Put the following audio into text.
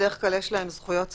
בדרך כלל יש להם זכויות סוציאליות,